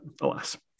alas